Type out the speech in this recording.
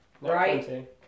Right